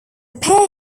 pair